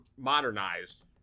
modernized